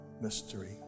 mystery